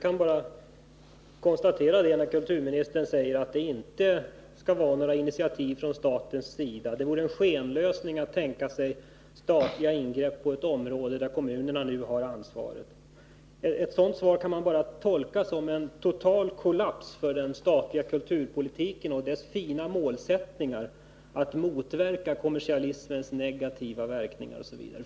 Herr talman! Kulturministern säger att det inte skall tas några initiativ från statens sida — det vore en skenlösning att tänka sig statliga ingrepp på ett område där kommunerna nu har ansvaret. Ett sådant svar kan jag bara tolka som en total kollaps för den statliga kulturpolitiken och dess fina målsättningar att motverka kommersialismens negativa verkningar osv.